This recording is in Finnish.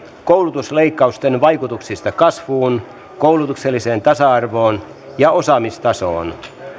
koulutusleikkausten vaikutuksista kasvuun koulutukselliseen tasa arvoon ja osaamistasoon